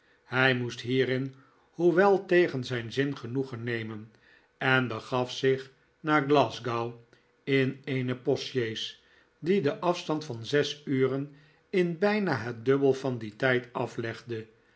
hu moest hierin hoewel tegen zijn zin genoegen nemen en begaf zich naar glasgow in eene postsjees die den afstand van zes uren in bijna het dubbel van dien tijd aflegde